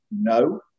no